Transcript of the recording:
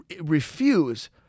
refuse